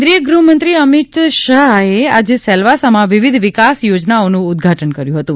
કેન્દ્રીય ગૃહ મંત્રી શ્રી અમિત શાહે આજે સેલવાસમાં વિવિધ વિકાસ યોજનાઓનું ઉદઘાટન કર્યું હતું